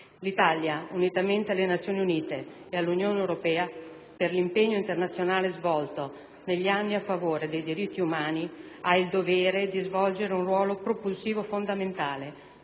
L'Italia, unitamente alle Nazioni Unite ed all'Unione Europea, per l'impegno internazionale profuso negli anni a favore dei diritti umani, ha il dovere di svolgere un ruolo propulsivo fondamentale